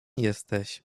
jesteś